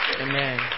Amen